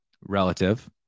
relative